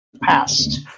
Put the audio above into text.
past